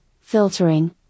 Filtering